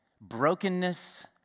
brokenness